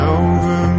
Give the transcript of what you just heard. over